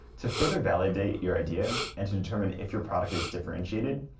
to further validate your idea and to determine if your product is differentiated,